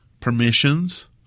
permissions